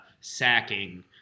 sacking